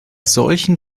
solchen